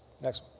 Next